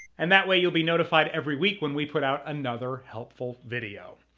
and that way, you'll be notified every week when we put out another helpful video.